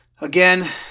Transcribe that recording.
Again